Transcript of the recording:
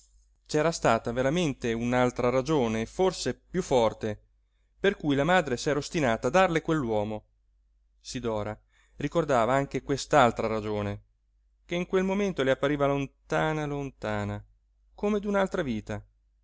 c'era stata veramente un'altra ragione e forse piú forte per cui la madre s'era ostinata a darle quell'uomo sidora ricordava anche quest'altra ragione che in quel momento le appariva lontana lontana come d'un'altra vita